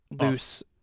loose